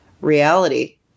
reality